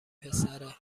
پسره